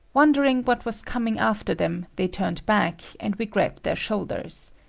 wondering what was coming after them, they turned back, and we grabbed their shoulders.